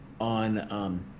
on